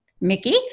Mickey